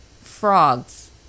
frogs